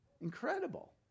Incredible